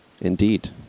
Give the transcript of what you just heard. Indeed